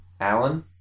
Alan